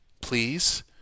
please